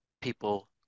people